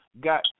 got